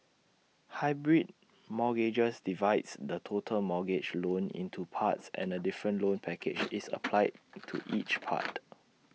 hybrid mortgages divides the total mortgage loan into parts and A different loan package is applied to each part